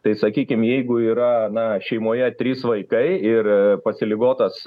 tai sakykim jeigu yra na šeimoje trys vaikai ir pasiligotas